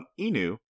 Inu